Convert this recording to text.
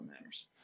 matters